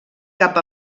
cap